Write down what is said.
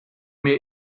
mir